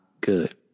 good